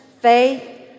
faith